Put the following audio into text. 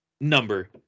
Number